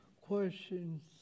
questions